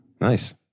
Nice